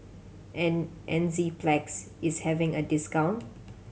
enzyplex is having a discount